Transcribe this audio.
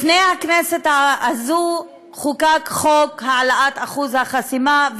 לפני הכנסת הזאת חוקק חוק העלאת אחוז החסימה,